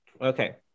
Okay